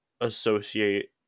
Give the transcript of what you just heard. associate